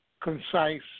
concise